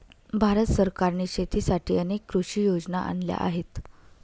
भारत सरकारने शेतीसाठी अनेक कृषी योजना आणल्या आहेत